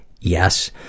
yes